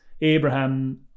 Abraham